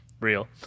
Real